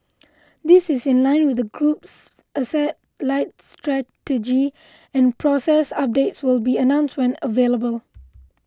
this is in line with the group's asset light strategy and progress updates will be announced when available